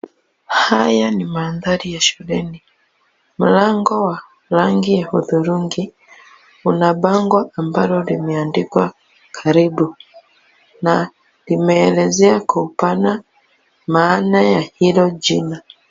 Haya ni mandhari ya shuleni. Mlango wa rangi ya hudhurungi, una bango ambalo limeandikwa karibu na limeelezea kwa upana maana ya hilo jina.